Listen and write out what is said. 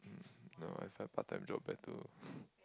um no I find part time job better